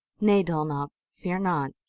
nay, dulnop fear not.